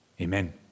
Amen